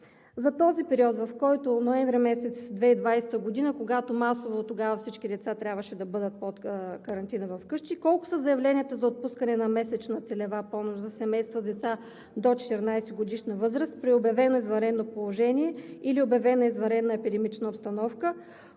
за този период, в който – месец ноември 2020 г., когато масово тогава всички деца трябваше да бъдат под карантина вкъщи, колко са заявленията за отпускане на месечна целева помощ за семейства с деца до 14-годишна възраст при обявено извънредно положение или обявена извънредна епидемична обстановка;